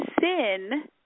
sin